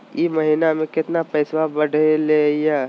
ई महीना मे कतना पैसवा बढ़लेया?